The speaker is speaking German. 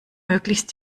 möglichst